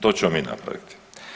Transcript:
To ćemo mi napraviti.